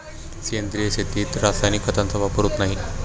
सेंद्रिय शेतीत रासायनिक खतांचा वापर होत नाही